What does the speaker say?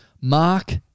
Mark